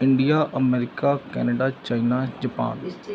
India USA Canada China Japan